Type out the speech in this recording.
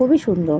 খুবই সুন্দর